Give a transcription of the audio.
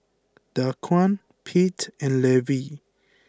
Daquan Pete and Levie